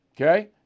Okay